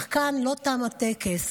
אך כאן לא תם הטקס.